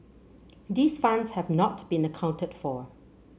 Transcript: these funds have not been accounted for